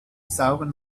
sauren